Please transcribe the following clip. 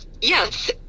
Yes